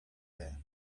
there